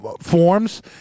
forms